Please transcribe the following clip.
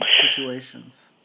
situations